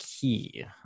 key